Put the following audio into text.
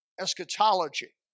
eschatology